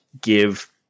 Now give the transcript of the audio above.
give